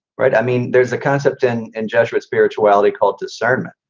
right? i mean, there's a concept in and jesuit spirituality called discernment.